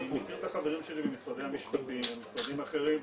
אני מכיר את החברים שלי ממשרדי המשפטים וממשרדים אחרים.